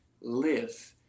live